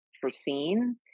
foreseen